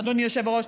אדוני היושב-ראש,